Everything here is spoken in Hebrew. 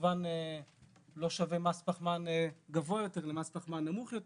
כמובן לא שווה מס פחמן גבוה יותר למס פחמן נמוך יותר.